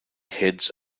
heads